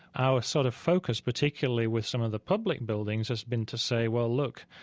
our sort of focus, particularly with some of the public buildings, has been to say, well, look,